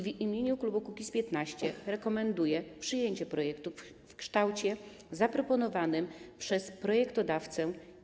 W imieniu klubu Kukiz’15 rekomenduję przyjęcie projektu w kształcie zaproponowanym przez projektodawcę.